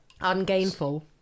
Ungainful